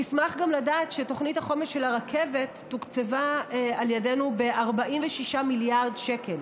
תשמח גם לדעת שתוכנית החומש של הרכבת תוקצבה על ידינו ב-46 מיליארד שקל.